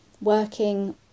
working